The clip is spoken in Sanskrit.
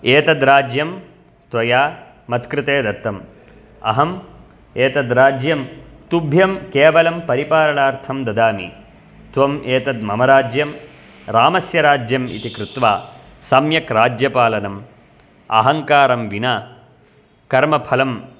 एतद्राज्यं त्वया मत्कृते दत्तं अहम् एतद्राज्यं तुभ्यं केवलं परिपालनार्थं ददामि त्वम् एतत् मम राज्यं रामस्य राज्यम् इति कृत्वा सम्यक् राज्यपालनम् अहङ्कारं विना कर्मफलं